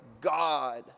God